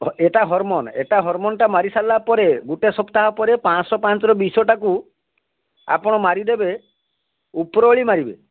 ଏଟା ହରମୋନ୍ ଏଟା ହରମୋନ୍ଟା ମାରିସାରିଲା ପରେ ଗୁଟେ ସପ୍ତାହ ପରେ ପାଞ୍ଚଶହ ପାଞ୍ଚର ବିଷଟାକୁ ଆପଣ ମାରିଦେବେ ଉପରଓଳି ମାରିବେ